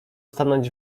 stanąć